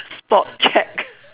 spot check